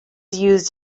used